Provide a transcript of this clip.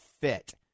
Fit